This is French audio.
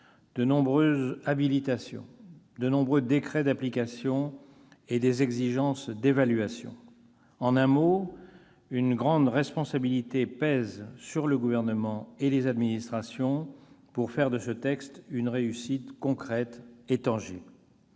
de nombreuses habilitations, de nombreux décrets d'application et des exigences d'évaluation. En un mot, une grande responsabilité pèse sur le Gouvernement et les administrations pour faire de ce texte une réussite concrète et tangible.